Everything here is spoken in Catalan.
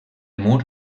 mur